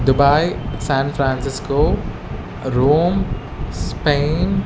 Dubai San Francisco Rome Spain